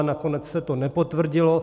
Nakonec se to nepotvrdilo.